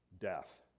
death